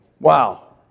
Wow